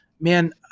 man